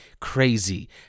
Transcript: Crazy